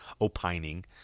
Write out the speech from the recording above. opining